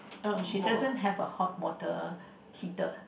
uh she doesn't have a hot water heater